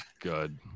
good